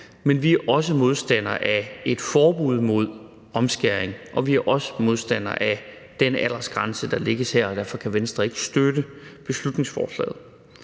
men vi er også modstandere af et forbud mod omskæring, og vi er også modstandere af den aldersgrænse, der lægges her, og derfor kan Venstre ikke støtte beslutningsforslaget.